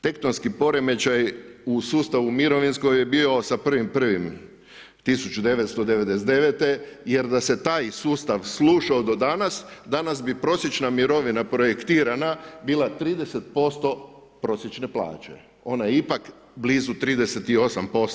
Tektonski poremećaj u sustavu mirovinskom je bio sa 1.1.1999. jer da se taj sustav slušao do danas, danas bi prosječna mirovina projektirana bila 30% prosječne plaće, ona je ipak blizu 38%